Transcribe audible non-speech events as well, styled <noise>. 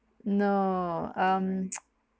no um <noise>